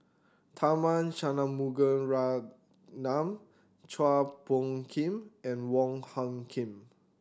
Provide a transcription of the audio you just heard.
Tharman Shanmugaratnam Chua Phung Kim and Wong Hung Khim